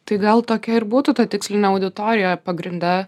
tai gal tokia ir būtų ta tikslinė auditorija pagrinde